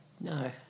No